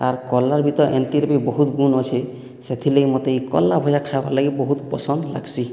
ଆର୍ କଲରା ବି ତ ଏମିତିରେ ବି ବହୁତ ଗୁଣ ଅଛି ସେଥିଲାଗି ମୋତେ କଲରା ଭଜା ଖାଇବାର ଲାଗି ବହୁତ ପସନ୍ଦ ଲାଗ୍ସି